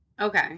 Okay